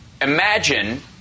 imagine